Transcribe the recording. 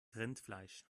rindfleisch